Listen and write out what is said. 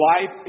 life